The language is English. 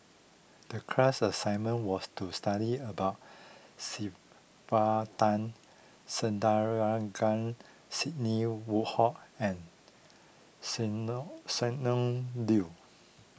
the class assignment was to study about Sylvia Tan Sidney Woodhull and Sonny Sonny Liew